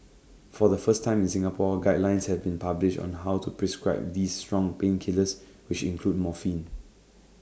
for the first time in Singapore guidelines have been published on how to prescribe these strong painkillers which include morphine